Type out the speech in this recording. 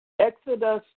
Exodus